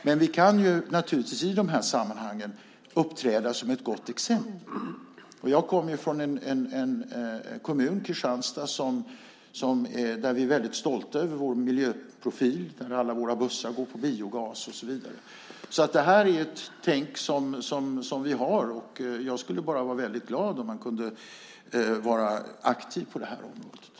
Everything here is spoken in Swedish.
Men vi kan naturligtvis i de här sammanhangen uppträda som ett gott exempel. Och jag kommer från en kommun, Kristianstad, där vi är väldigt stolta över vår miljöprofil. Alla våra bussar går på biogas och så vidare. Det här är ett tänk som vi har, och jag skulle bara vara väldigt glad om man kunde vara aktiv på det här området.